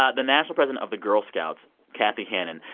ah the national president of the girl scouts, kathy hannan,